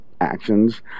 actions